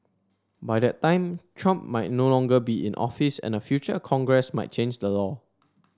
by the time Trump might no longer be in office and a future Congress might change the law